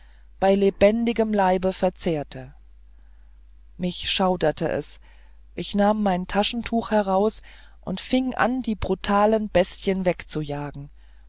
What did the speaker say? bei lebendigem leibe verzehrten mich schauerte es ich nahm mein taschentuch heraus und fing an die brutalen bestien wegzujagen